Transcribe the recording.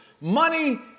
Money